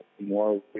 more